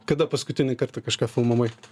kada paskutinį kartą kažką filmavai